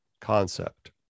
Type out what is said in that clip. concept